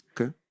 Okay